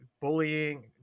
bullying